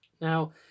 Now